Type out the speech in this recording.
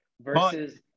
versus